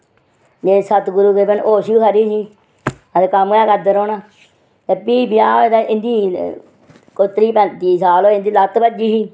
मेह्र सतगुरू दी होश बी खरी ही ते कम्म गै करदे रौह्ना ते प्ही ब्याह् होए दे इंदी कोई त्रीह् पैंत्ती साल होए इंदी लत्त भज्जी ही